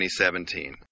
2017